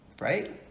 Right